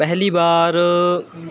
ਪਹਿਲੀ ਵਾਰ